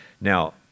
Now